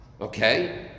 Okay